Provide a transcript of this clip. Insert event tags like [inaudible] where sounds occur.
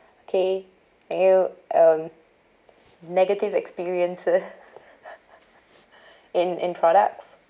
okay um negative experiences [laughs] in in products